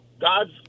God's